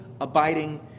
abiding